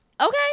Okay